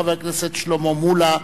חבר הכנסת שלמה מולה,